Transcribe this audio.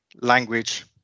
language